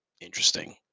interesting